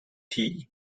tea